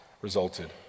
resulted